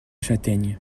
châtaignes